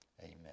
Amen